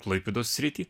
klaipėdos sritį